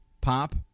pop